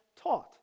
taught